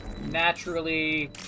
naturally